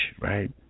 Right